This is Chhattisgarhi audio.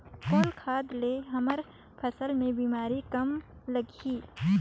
कौन खाद ले हमर फसल मे बीमारी कम लगही?